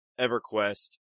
EverQuest